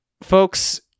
folks